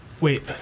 Wait